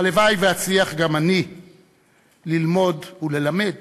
הלוואי שאצליח גם אני ללמוד וללמד